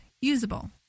usable